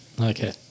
Okay